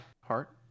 Heart